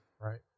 Right